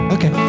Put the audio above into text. Okay